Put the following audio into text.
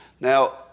Now